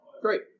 Great